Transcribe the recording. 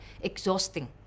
exhausting